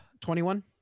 21